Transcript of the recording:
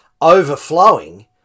overflowing